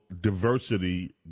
Diversity